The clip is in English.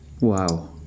Wow